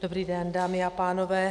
Dobrý den, dámy a pánové.